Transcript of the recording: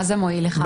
במה זה מועיל לך?